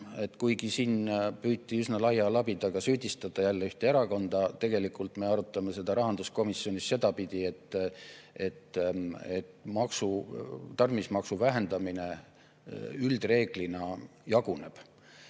Kuigi siin püüti üsna laia labidaga süüdistada jälle ühte erakonda, siis tegelikult me arutame seda rahanduskomisjonis sedapidi, et tarbimismaksu vähendamine üldreeglina jaguneb.